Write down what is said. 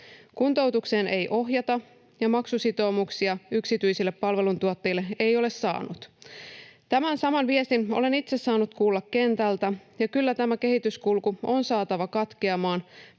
Kuntoutukseen ei ohjata, ja maksusitoumuksia yksityisille palveluntuottajille ei ole saanut. Tämän saman viestin olen itse saanut kuulla kentältä, ja kyllä tämä kehityskulku on saatava katkeamaan